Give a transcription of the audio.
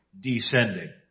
descending